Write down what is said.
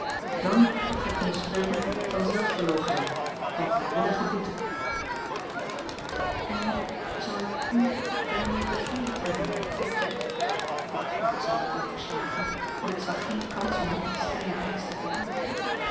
dan hadt gij kunnen spreken van zelfverloochening van vrijwillige boete en zou ik ù daarmee bevredigd hebben eckbert vroeg ik aarzelend en verslagen want ik zag geen kans om aan dien strengen eisch te voldoen